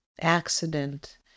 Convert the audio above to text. accident